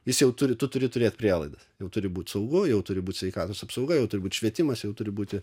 jis jau turi tu turi turėt prielaidas jau turi būt saugu jau turi būt sveikatos apsauga jau turbūt švietimas jau turi būti